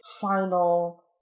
final